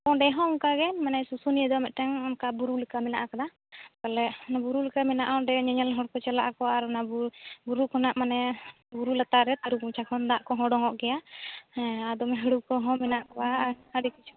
ᱚᱸᱰᱮ ᱦᱚᱸ ᱚᱱᱠᱟ ᱜᱮ ᱢᱟᱱᱮ ᱥᱩᱥᱩᱱᱤᱭᱟᱹ ᱫᱚ ᱢᱤᱫᱴᱮᱝ ᱵᱩᱨᱩ ᱞᱮᱠᱟ ᱢᱮᱱᱟᱜ ᱟᱠᱟᱫᱟ ᱛᱟᱦᱚᱞᱮ ᱵᱩᱨᱩ ᱞᱮᱠᱟ ᱢᱮᱱᱟᱜᱼᱟ ᱚᱸᱰᱮ ᱧᱮᱧᱮᱞ ᱦᱚᱲ ᱠᱚ ᱪᱟᱞᱟᱜ ᱟᱠᱚ ᱟᱨ ᱵᱩᱨᱩ ᱠᱷᱚᱱᱟᱜ ᱢᱟᱱᱮ ᱵᱩᱨᱩ ᱞᱟᱛᱟᱨ ᱨᱮ ᱛᱟᱹᱨᱩᱵᱽ ᱢᱚᱪᱟ ᱠᱷᱚᱱ ᱫᱟᱜ ᱠᱚᱦᱚᱸ ᱚᱰᱚᱝᱼᱚᱜ ᱜᱮᱭᱟ ᱦᱮᱸ ᱫᱚᱢᱮ ᱦᱟᱹᱲᱩ ᱠᱚᱦᱚᱸ ᱢᱮᱱᱟᱜ ᱠᱚᱣᱟ ᱟᱹᱰᱤ ᱠᱤᱪᱷᱩ